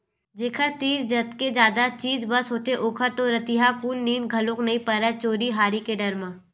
जेखर तीर जतके जादा चीज बस होथे ओखर तो रतिहाकुन नींद घलोक नइ परय चोरी हारी के डर म